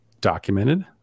documented